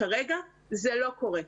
כרגע זה לא קורה.